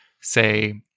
say